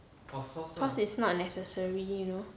cause it's not necessary you know